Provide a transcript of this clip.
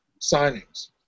signings